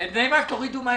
כפי שאמרנו בדיון הקודם,